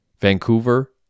Vancouver